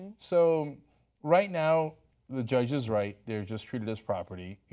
so right now the judge is right, they are just treated as property.